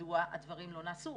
ומדוע הדברים לא נעשו?